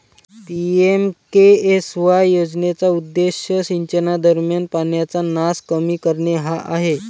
PMKSY योजनेचा उद्देश सिंचनादरम्यान पाण्याचा नास कमी करणे हा आहे